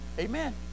Amen